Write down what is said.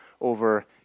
over